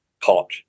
pot